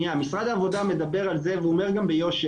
משרד העבודה מדבר על זה והוא אומר גם ביושר,